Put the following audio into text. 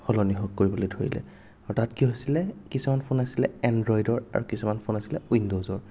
সলনি কৰিবলৈ ধৰিলে তাত কি হৈছিলে কিছুমান ফ'ন আছিল এণ্ড্ৰইডৰ আৰু কিছুমান ফ'ন আছিল উইণ্ড'জৰ